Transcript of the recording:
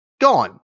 gone